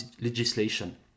legislation